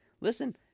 listen